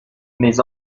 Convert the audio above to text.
mes